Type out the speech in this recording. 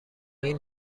این